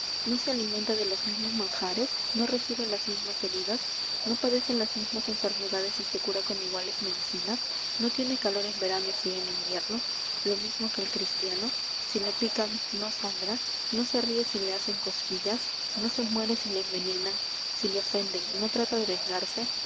no se alimenta de los mismos manjares no recibe las mismas heridas no padece las mismas enfermedades y se cura con iguales medicinas no tiene calor en verano y frio en invierno lo mismo que el cristiano si le pican no sangra no se rie si le hacen cosquillas no se muere si le envenenan si le ofenden no trata de vengarse